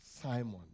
Simon